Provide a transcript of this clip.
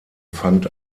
fand